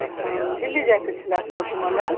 हँ दिल्ली जायके छलए हमरा घूमय लेल